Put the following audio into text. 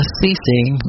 ceasing